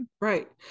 Right